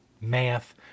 math